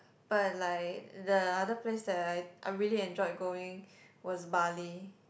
but like the other place that I I really enjoyed going was Bali